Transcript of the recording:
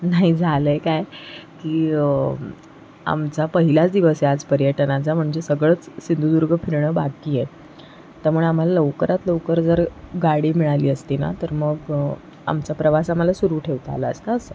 नाही झालं आहे काय की आमचा पहिलाच दिवस आहे आज पर्यटनाचा म्हणजे सगळंच सिंधुदुर्ग फिरणं बाकी आहे त्यामुळे आम्हाला लवकरात लवकर जर गाडी मिळाली असती ना तर मग आमचा प्रवास आम्हाला सुरू ठेवता आला असता असं